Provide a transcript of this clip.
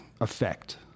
effect